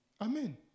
Amen